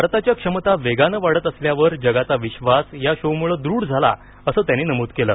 भारताच्या क्षमता वेगानं वाढत असल्यावर जगाचा विश्वास या शोमुळे दृढ झाला असं त्यांनी नमूद केलं